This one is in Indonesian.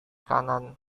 kanan